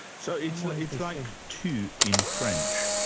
so it's like tu in french,